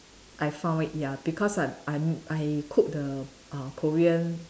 I found it ya because I I I cook the uh Korean